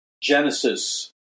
Genesis